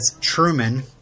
Truman